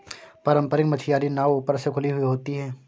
पारम्परिक मछियारी नाव ऊपर से खुली हुई होती हैं